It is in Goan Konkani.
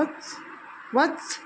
वच वच